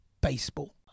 baseball